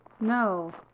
No